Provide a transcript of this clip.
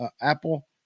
Apple